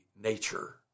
nature